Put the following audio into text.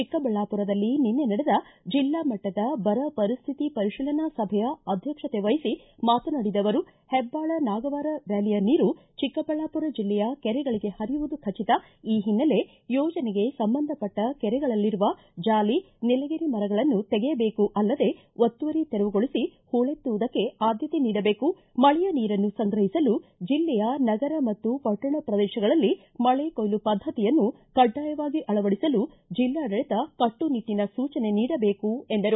ಚಿಕ್ಕಬಳ್ಳಾಪುರದಲ್ಲಿ ನಿನ್ನೆ ನಡೆದ ಜಿಲ್ಲಾ ಮಟ್ಟದ ಬರ ಪರಿಸ್ತಿತಿ ಪರಿಶೀಲನಾ ಸಭೆಯ ಅಧ್ಯಕ್ಷತೆ ವಹಿಸಿ ಮಾತನಾಡಿದ ಅವರು ಹೆಬ್ದಾಳ ನಾಗವಾರ ವ್ಯಾಲಿಯ ನೀರು ಚಿಕ್ಕಬಳ್ಳಾಪುರ ಜಿಲ್ಲೆಯ ಕೆರೆಗಳಿಗೆ ಹರಿಯುವುದು ಖಟಿತ ಈ ಹಿನ್ನೆಲೆ ಯೋಜನೆಗೆ ಸಂಬಂಧಪಟ್ಟ ಕೆರೆಗಳಲ್ಲಿರುವ ಜಾಲಿ ನೀಲಗಿರಿ ಮರಗಳನ್ನು ತೆಗೆಯಬೇಕು ಅಲ್ಲದೆ ಒತ್ತುವರಿ ತೆರವುಗೊಳಿಸಿ ಹೂಳೆತ್ತುವುದಕ್ಕೆ ಆದ್ಯತೆ ನೀಡಬೇಕು ಮಳೆಯ ನೀರನ್ನು ಸಂಗ್ರಹಿಸಲು ಜಿಲ್ಲೆಯ ನಗರ ಮತ್ತು ಪಟ್ಟಣ ಪ್ರದೇಶಗಳಲ್ಲಿ ಮಳೆಕೊಯ್ಲು ಪದ್ದತಿಯನ್ನು ಕಡ್ಡಾಯವಾಗಿ ಅಳವಡಿಸಲು ಜಿಲ್ಲಾಡಳಿತ ಕಟ್ಟುನಿಟ್ಟಿನ ಸೂಚನೆ ನೀಡಬೇಕು ಎಂದರು